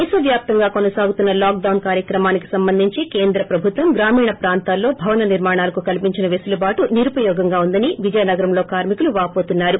దేశ వ్యాప్తంగా కొనసాగుతున్న లాక్ డొస్ కార్యక్రమానికి సంబంధించి కేంద్ర ప్రభుత్వం గ్రామీణ ప్రాంతాల్లో భవన నిర్మాణాలకు కల్పించిన పెసులుబాటు నిరుపయోగంగా ఉందని విజయనగరంలో కార్మి కులు వావోతున్నారు